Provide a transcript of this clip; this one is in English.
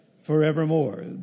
forevermore